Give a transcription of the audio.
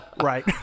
Right